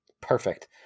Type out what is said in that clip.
Perfect